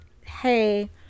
hey